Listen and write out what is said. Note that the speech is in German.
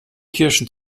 kirschen